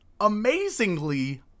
amazingly